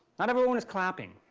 not everyone was clapping.